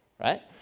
right